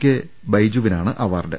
K ബൈജുവിനാണ് award